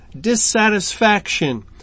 dissatisfaction